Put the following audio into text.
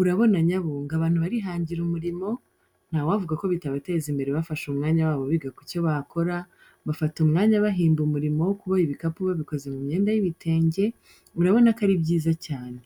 Urabona nyabu ngo abantu barihangira umurimo, ntawavuga ko bitabateza imbere bafashe umwanya wabo biga ku cyo bakora, bafata umwanya bahimba umurimo wo kuboha ibikapu babikoze mu myenda y'ibitenge, urabona ko ari byiza cyane.